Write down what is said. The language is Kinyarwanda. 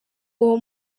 uwo